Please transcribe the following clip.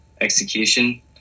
execution